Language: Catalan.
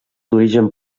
d’origen